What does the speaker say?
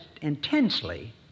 intensely